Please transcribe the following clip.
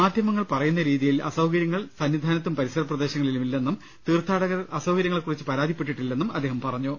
മാദ്ധ്യമങ്ങൾ പറയുന്ന രീതിയിൽ അസൌകര്യങ്ങൾ സന്നിധാനത്തും പരിസര പ്രദേശങ്ങളിലും ഇല്ലെന്നും തീർഥാടകർ അസൌകര്യങ്ങളെക്കുറിച്ച് പരാതിപ്പെട്ടിട്ടി ല്ലന്നും അദ്ദേഹം പറഞ്ഞു